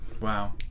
Wow